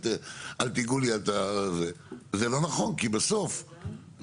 זאת אומרת,